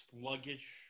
sluggish